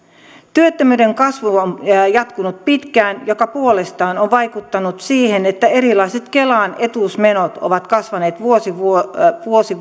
työttömyyden kasvu on jatkunut pitkään mikä puolestaan on vaikuttanut siihen että erilaiset kelan etuusmenot ovat kasvaneet vuosi vuodelta vuosi